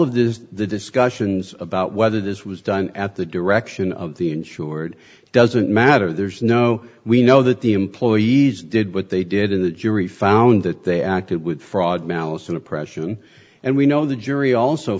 of this the discussions about whether this was done at the direction of the insured doesn't matter there's no we know that the employees did what they did in the jury found that they acted with fraud malice and oppression and we know the jury also